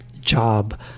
job